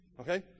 Okay